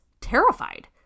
terrified